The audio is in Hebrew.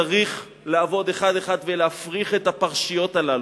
צריך לעבור אחד אחד כדי להפריך את הפרשיות הללו.